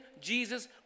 Jesus